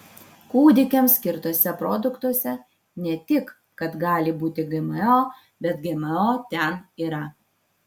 kūdikiams skirtuose produktuose ne tik kad gali būti gmo bet gmo ten yra